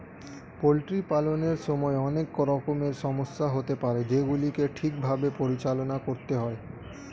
poultry পালনের সময় অনেক রকমের সমস্যা হতে পারে যেগুলিকে ঠিক ভাবে পরিচালনা করতে হয়